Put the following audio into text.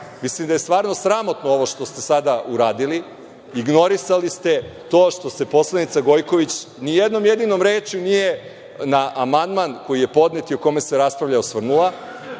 Mislim da je stvarno sramotno što ste sada uradili. Ignorisali ste to što se poslanica Gojković nijednom jedinom rečju nije na amandman koji je podnet i o kome se raspravlja osvrnula,